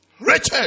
Richard